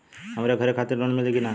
हमरे घर खातिर लोन मिली की ना?